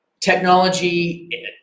technology